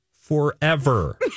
forever